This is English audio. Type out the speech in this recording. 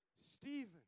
Stephen